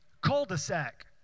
cul-de-sac